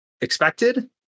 expected